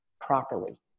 properly